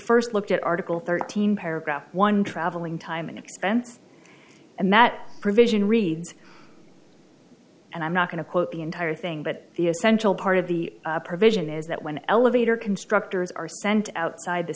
first looked at article thirteen paragraph one traveling time and expense and that provision reads and i'm not going to quote the entire thing but the essential part of the provision is that when elevator constructors are sent outside the